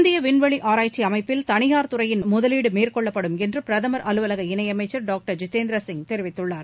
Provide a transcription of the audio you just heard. இந்திய விண்வெளி ஆராய்ச்சி அமைப்பில் தனியார் துறையின் முதலீடு மேற்கொள்ளப்படும் என்று பிரதமர் அலுவலக இணையமைச்சர் டாக்டர் ஜிதேந்திர சிங் தெரிவித்துள்ளார்